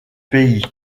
pays